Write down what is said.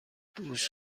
دوش